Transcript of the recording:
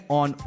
on